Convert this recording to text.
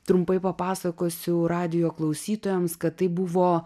trumpai papasakosiu radijo klausytojams kad tai buvo